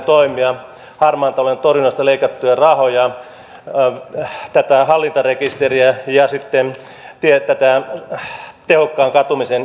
harmaan talouden torjunnasta leikattuja rahoja tätä hallintarekisteriä ja sitten tätä tehokkaan katumisen järjestelmää